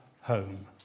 home